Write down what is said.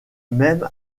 même